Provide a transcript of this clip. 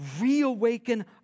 reawaken